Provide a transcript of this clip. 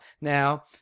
Now